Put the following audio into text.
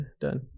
done